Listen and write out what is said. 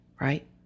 right